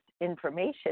information